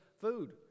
food